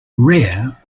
rare